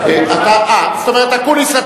חבר הכנסת אקוניס,